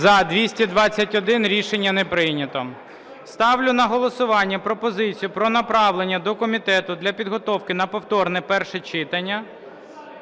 За-221 Рішення не прийнято. Ставлю на голосування пропозицію про направлення до комітету для підготовки на повторне перше читання